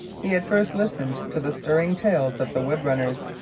he had first listened to the stirring tales of the woodrunners.